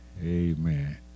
Amen